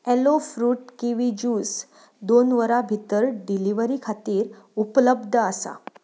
alloy fruit kiwi juice दोन वरां भितर डिलिव्हरी खातीर उपलब्ध आसा